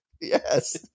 yes